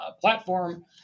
platform